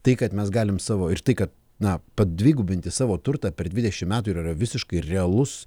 tai kad mes galim savo ir tai kad na padvigubinti savo turtą per dvidešimt metų ir yra visiškai realus